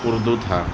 اُردو تھا